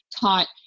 taught